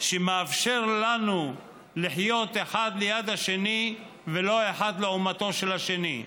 שמאפשר לנו לחיות אחד ליד השני ולא אחד לעומתו של השני.